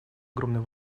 огромной